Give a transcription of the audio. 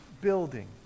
building